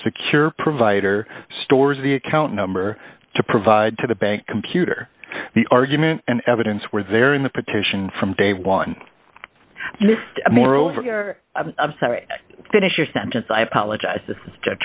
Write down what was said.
secure provider stores the account number to provide to the bank computer the argument and evidence were there in the petition from day one moreover i'm sorry finish your sentence i apologize to get